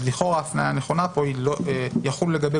אז לכאורה ההפניה הנכונה פה היא "יחול לגבי